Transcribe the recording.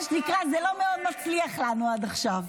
מה שנקרא, זה לא מאוד מצליח לנו עד עכשיו.